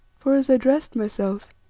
for as i dressed myself,